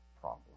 problem